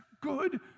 good